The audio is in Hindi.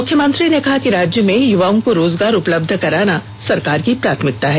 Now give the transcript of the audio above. मुख्यमंत्री ने कहा कि राज्य में युवाओं को रोजगार उपलब्ध कराना सरकार की प्राथमिकता है